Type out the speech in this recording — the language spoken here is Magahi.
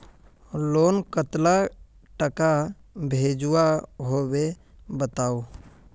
लोन कतला टाका भेजुआ होबे बताउ?